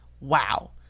Wow